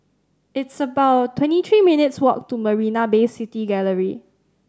it's about twenty three minutes' walk to Marina Bay City Gallery